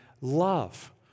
love